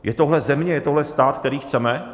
Je tohle země, je tohle stát, který chceme?